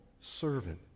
servant